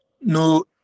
No